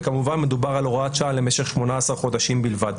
וכמובן מדובר על הוראת שעה למשך 18 חודשים בלבד.